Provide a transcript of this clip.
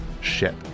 ship